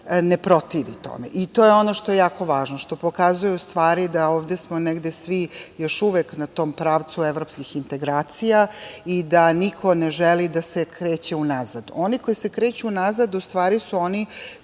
ne protivi tome i to je ono što je jako važno, što pokazuje da ovde smo svi negde još uvek na tom pravcu evropskih integracija i da niko ne želi da se kreće unazad. Oni koji kreću unazad, u stvari su oni